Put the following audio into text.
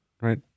right